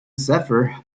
zephyr